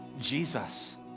Jesus